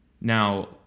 Now